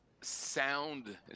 sound –